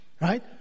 Right